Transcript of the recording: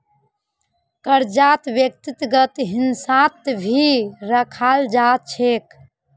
कर्जाक व्यक्तिगत हिस्सात भी रखाल जा छे